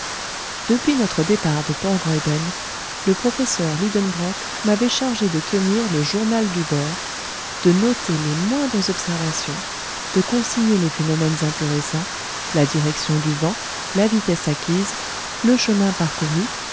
depuis notre départ de port graüben le professeur lidenbrock m'avait chargé de tenir le journal du bord de noter les moindres observations de consigner les phénomènes intéressants la direction du vent la vitesse acquise le chemin parcouru